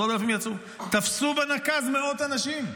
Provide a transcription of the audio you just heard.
תפסו בנקז מאות אנשים,